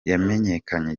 yamenyekanye